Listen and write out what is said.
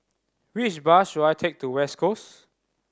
which bus should I take to West Coast